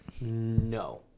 No